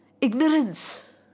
Ignorance